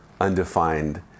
Undefined